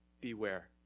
beware